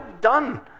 done